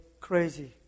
crazy